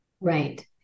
Right